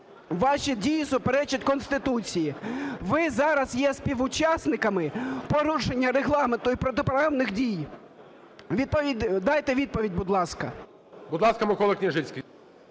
Ваші дії суперечать Конституції. Ви зараз є співучасниками порушення Регламенту і протиправних дій. Дайте відповідь, будь ласка. ГОЛОВУЮЧИЙ. Будь ласка, Микола Княжицький.